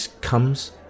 comes